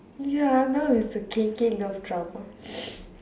ya now is the K K love drama